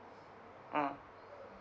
mm